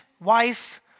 wife